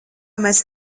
mēs